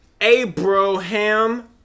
Abraham